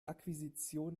akquisition